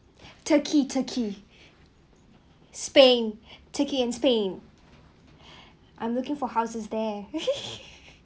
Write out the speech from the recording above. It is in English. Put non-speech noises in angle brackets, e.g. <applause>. <breath> turkey turkey spain <breath> turkey and spain <breath> I'm looking for houses there <laughs>